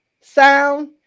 sound